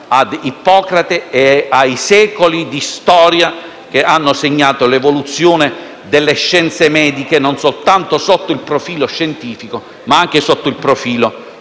a Ippocrate e a secoli di storia che hanno segnato l'evoluzione delle scienze mediche, non soltanto sotto il profilo scientifico ma anche sotto il profilo